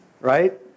right